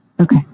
Okay